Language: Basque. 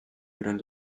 euren